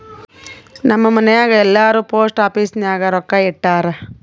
ನಮ್ ಮನ್ಯಾಗ್ ಎಲ್ಲಾರೂ ಪೋಸ್ಟ್ ಆಫೀಸ್ ನಾಗ್ ರೊಕ್ಕಾ ಇಟ್ಟಾರ್